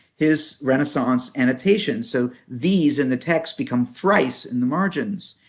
his renaissance annotations. so these in the text become thrice in the margins.